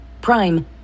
Prime